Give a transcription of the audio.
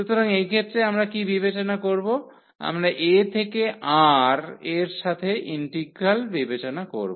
সুতরাং এই ক্ষেত্রে আমরা কী বিবেচনা করব আমরা a থেকে R এর সাথে ইন্টিগ্রাল বিবেচনা করব